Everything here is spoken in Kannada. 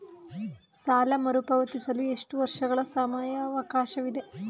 ಸಾಲ ಮರುಪಾವತಿಸಲು ಎಷ್ಟು ವರ್ಷಗಳ ಸಮಯಾವಕಾಶವಿದೆ?